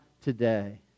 today